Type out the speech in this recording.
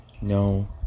No